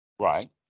Right